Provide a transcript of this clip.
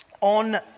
on